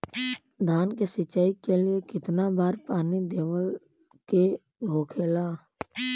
धान की सिंचाई के लिए कितना बार पानी देवल के होखेला?